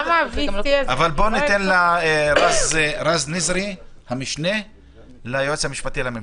רז נזרי, המשנה ליועץ המשפטי לממשלה.